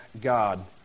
God